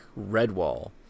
Redwall